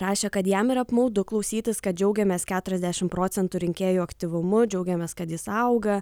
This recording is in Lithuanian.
rašė kad jam yra apmaudu klausytis kad džiaugiamės keturiasdešim procentų rinkėjų aktyvumu džiaugiamės kad jis auga